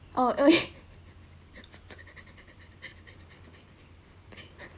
oh okay